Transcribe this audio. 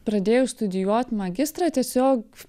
pradėjau studijuot magistrą tiesiog